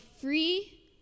free